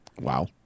Wow